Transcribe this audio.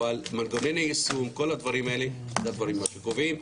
מנגוני היישום וכל הדברים האלה הם הדברים הקובעים.